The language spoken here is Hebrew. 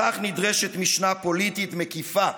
לכך נדרשת משנה פוליטית מקיפה,